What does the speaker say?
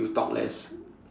you will talk less